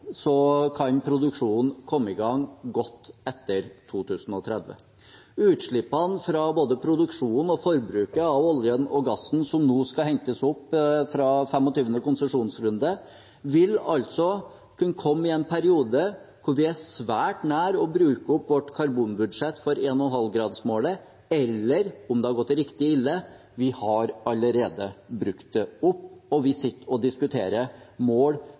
kan produksjonen komme i gang godt etter 2030. Utslippene fra både produksjonen og forbruket av oljen og gassen som nå skal hentes opp fra 25. konsesjonsrunde, vil altså kunne komme i en periode hvor vi er svært nær ved å bruke opp vårt karbonbudsjett for 1,5 graders målet – eller, om det har gått riktig ille, har vi allerede brukt det opp, og vi sitter og diskuterer nye mål